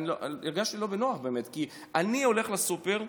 הרגשתי לא בנוח באמת, כי אני הולך לסופר.